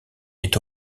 est